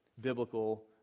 biblical